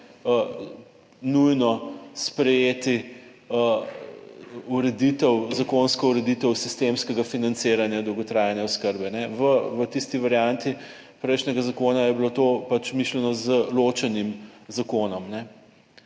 nujno sprejeti ureditev, zakonsko ureditev sistemskega financiranja dolgotrajne oskrbe. V tisti varianti prejšnjega zakona je bilo to mišljeno z ločenim zakonom,